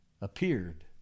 appeared